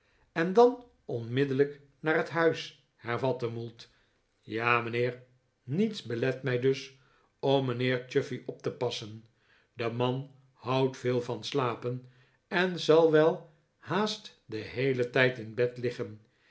en dan onmiddellijk naar het huis hervatte mould ja mijnheer niets belet mij dus om mijnheer chuffey op te passen de man houdt veel van slapen en zal wel haast den heelen tijd in bed liggen